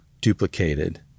duplicated